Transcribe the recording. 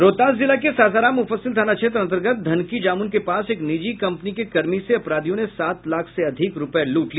रोहतास जिला के सासाराम मुफस्सिल थाना क्षेत्र अंतर्गत धनकी जामुन के पास एक निजी कंपनी के कर्मी से अपराधियों ने सात लाख से अधिक रुपए लूट लिए